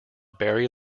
barry